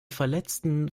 verletzten